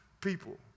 people